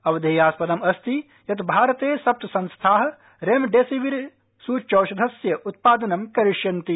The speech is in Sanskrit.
अवधेयास्पदम् अस्ति यत् भारते सप्त संस्थाः रेमडेसिविर सृच्यौषधस्य उत्पादनं करिष्यन्ति